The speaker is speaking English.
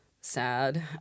sad